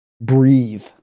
Breathe